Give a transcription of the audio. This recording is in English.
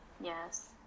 yes